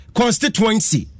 constituency